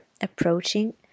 approaching